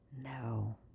no